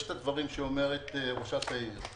יש הדברים שאומרת ראשת העיר,